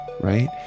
right